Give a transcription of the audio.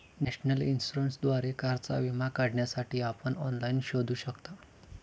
national इन्शुरन्सद्वारे कारचा विमा काढण्यासाठी आपण ऑनलाइन शोधू शकता